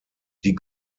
die